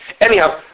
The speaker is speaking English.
Anyhow